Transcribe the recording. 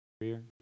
career